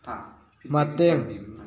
ꯃꯇꯦꯡ